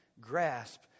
grasp